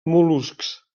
mol·luscs